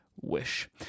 wish